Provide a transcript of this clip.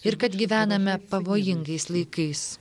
ir kad gyvename pavojingais laikais